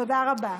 תודה רבה.